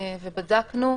ובדקנו,